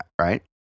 right